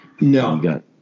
No